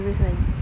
previous [one]